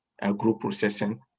agro-processing